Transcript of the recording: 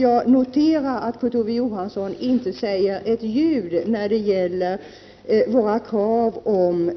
Jag noterar att Kurt Ove Johansson inte säger ett ljud om våra krav på